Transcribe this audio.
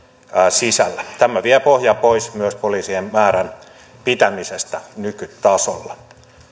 sisällä tämä vie pohjaa pois myös poliisien määrän pitämisestä nykytasolla